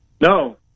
No